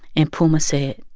and puma said,